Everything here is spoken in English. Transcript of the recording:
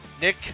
Nick